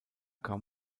kam